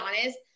honest